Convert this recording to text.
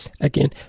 Again